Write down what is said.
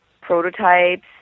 prototypes